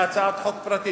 בהצעת חוק פרטית.